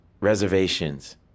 reservations